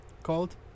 Called